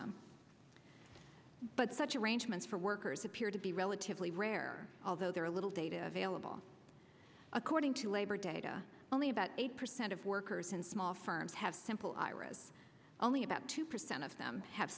them but such arrangements for workers appear to be relatively rare although there are little data available according to labor data only about eight percent of workers in small firms have simple iras only about two percent of them have